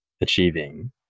achieving